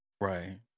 Right